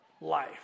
life